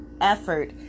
effort